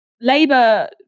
Labour